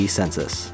census